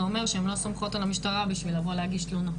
זה אומר שהן לא סומכות על המשטרה בשביל לבוא להגיש תלונה.